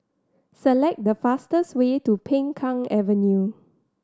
select the fastest way to Peng Kang Avenue